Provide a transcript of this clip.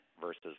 versus